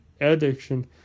addiction